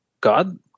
God